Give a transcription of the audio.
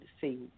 see